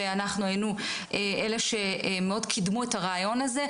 ואנחנו היינו אלה שמאוד קידמו את הרעיון הזה,